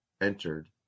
entered